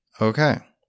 Okay